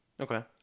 Okay